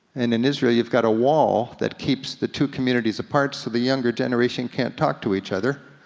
and in israel you've got a wall that keeps the two communities apart so the younger generation can't talk to each other.